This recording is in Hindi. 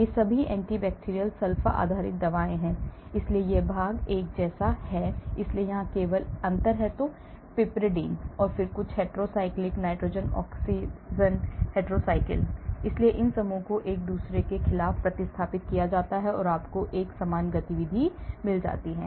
ये सभी एंटी बैक्टीरियल सल्फा आधारित दवाएं हैं इसलिए यह भाग एक जैसा है इसलिए यहाँ केवल अंतर हैं piperidine और फिर कुछ hetero cycle nitrogen oxygen hetero cycle इसलिए इन समूहों को एक दूसरे के खिलाफ प्रतिस्थापित किया जा सकता है और आपको एक समान गतिविधि मिलती है